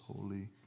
Holy